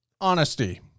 honesty